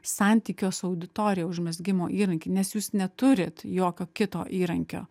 santykio su auditorija užmezgimo įrankį nes jūs neturit jokio kito įrankio